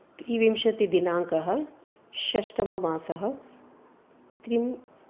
त्रिविंशतिदिनांकः षष्टममासः त्रिं